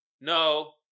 no